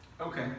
Okay